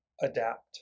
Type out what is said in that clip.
adapt